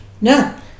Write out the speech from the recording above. No